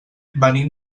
venim